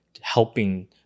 helping